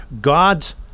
God's